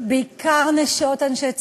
זה בעיקר נשות אנשי צה"ל.